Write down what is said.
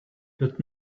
but